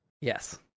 yes